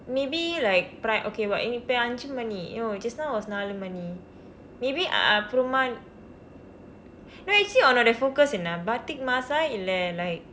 maybe like pri~ okay but இப்ப ஐந்து மணி:ippa ainthu mani oh just now was நாலு மணி:naalu mani maybe அப்புறமா:appuramaa no actually உன்னோட:unnooda focus என்ன:enna batik mask ah இல்லை:illai like